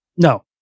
No